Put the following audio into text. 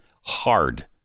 hard